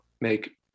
make